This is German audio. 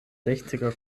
sechziger